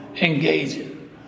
engaging